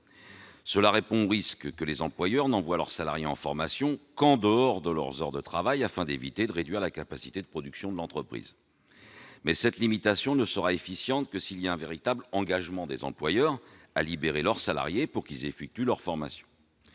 Cela contrecarre le risque que les employeurs n'envoient leurs salariés en formation qu'en dehors de leurs heures de travail, afin d'éviter de réduire la capacité de production de l'entreprise ; mais cette limitation ne sera efficiente que s'il y a un véritable engagement des employeurs à libérer leurs salariés pour que ceux-ci suivent leurs formations.